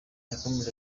yakomeje